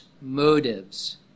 motives